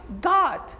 God